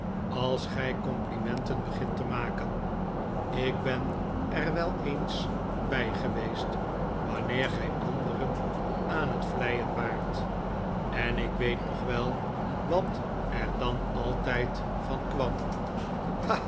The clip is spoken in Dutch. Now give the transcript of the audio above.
als gij complimenten begint te maken ik ben er wel eens bij geweest wanneer gij anderen aan het vleien waart en ik weet nog wel wat er dan altijd van kwam